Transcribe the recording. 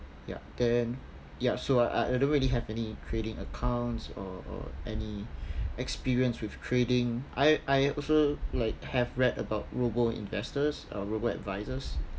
ya then ya so I I don't really have any trading accounts or or any experience with trading I I also like have read about robo investors uh robo advisors